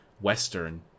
western